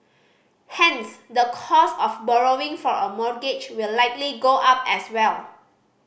hence the cost of borrowing for a mortgage will likely go up as well